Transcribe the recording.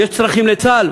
יש צרכים לצה"ל?